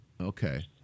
Okay